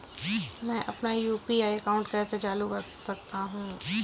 मैं अपना UPI account कैसे चालू कर सकता हूँ?